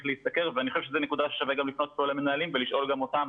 להשתכר ואני חושב שזו נקודה ששווה גם לפנות פה אל המנהלים ולשאול אותם